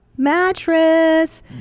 mattress